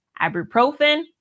ibuprofen